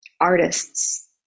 artists